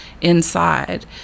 inside